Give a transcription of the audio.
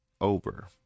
Over